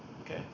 Okay